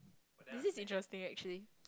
is it interesting actually